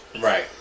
Right